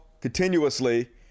continuously